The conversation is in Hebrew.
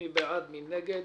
רוב נגד,